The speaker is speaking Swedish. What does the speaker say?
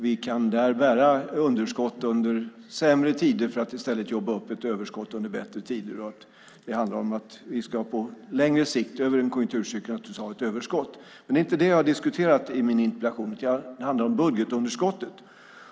Vi kan där bära underskott under sämre tider för att i stället jobba upp ett överskott under bättre tider. Det handlar om att vi på längre sikt över en konjunkturcykel ska ha ett överskott. Men det är inte det jag har diskuterat i min interpellation. Den handlar om budgetunderskottet.